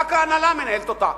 רק ההנהלה מנהלת אותה.